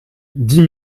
dix